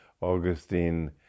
Augustine